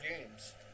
Games